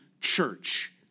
church